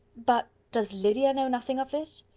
but does lydia know nothing of this?